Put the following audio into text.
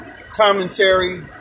commentary